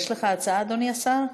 יש לך הצעה אדוני השר,